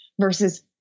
versus